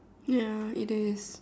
ya it is